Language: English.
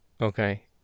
Okay